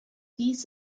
dies